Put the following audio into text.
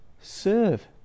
serve